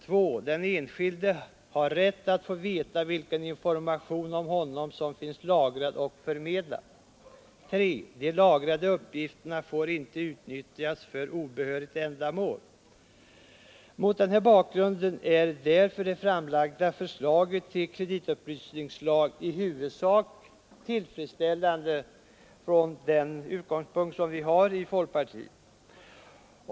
2. Den enskilde har rätt att få veta vilken information om honom som finns lagrad och förmedlad. 3. De lagrade uppgifterna får inte utnyttjas för obehörigt ändamål. Mot den här bakgrunden är därför det framlagda förslaget till kreditupplysningslag i huvudsak tillfredsställande från den utgångspunkt som vi har i folkpartiet.